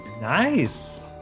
nice